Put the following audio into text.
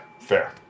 fair